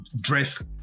dress